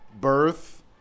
birth